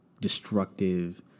destructive